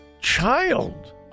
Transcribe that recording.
child